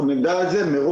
אנחנו נדע את זה מראש,